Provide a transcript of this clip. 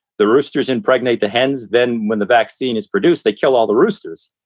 the roosters impregnate the hens. then when the vaccine is produced, they kill all the roosters.